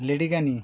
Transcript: লেডিকেনি